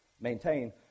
maintain